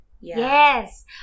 Yes